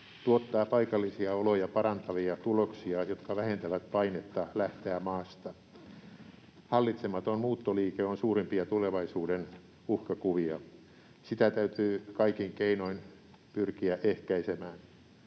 tuottavat paikallisia oloja parantavia tuloksia, jotka vähentävät painetta lähteä maasta. Hallitsematon muuttoliike on suurimpia tulevaisuuden uhkakuvia. Sitä täytyy kaikin keinoin pyrkiä ehkäisemään.